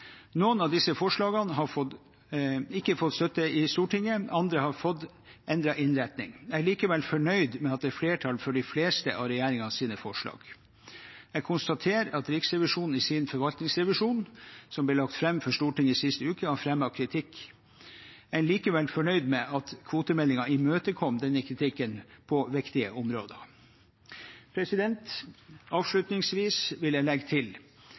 Noen av disse forslagene har ikke fått støtte i Stortinget, andre har fått endret innretning. Jeg er likevel fornøyd med at det er flertall for de fleste av regjeringens forslag. Jeg konstaterer at Riksrevisjonen i sin forvaltningsrevisjon som ble lagt fram for Stortinget sist uke, har fremmet kritikk. Jeg er likevel fornøyd med at kvotemeldingen imøtekommer denne kritikken på viktige områder. Avslutningsvis vil jeg legge til